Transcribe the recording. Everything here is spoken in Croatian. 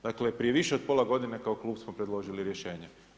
Dakle, prije više od pola godine kao klub smo predložili rješenje.